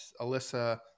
Alyssa